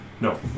No